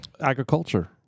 agriculture